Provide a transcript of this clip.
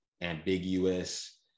ambiguous